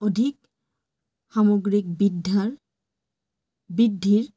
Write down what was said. অধিক সামগ্ৰিক বৃদ্ধাৰ বৃদ্ধিৰ